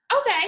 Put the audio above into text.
Okay